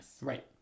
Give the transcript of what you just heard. Right